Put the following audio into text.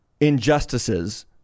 injustices